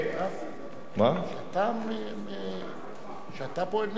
שאתה פועל נגדם?